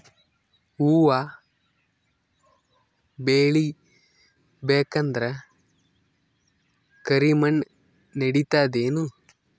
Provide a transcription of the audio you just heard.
ಹುವ ಬೇಳಿ ಬೇಕಂದ್ರ ಕರಿಮಣ್ ನಡಿತದೇನು?